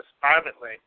privately